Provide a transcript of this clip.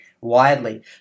widely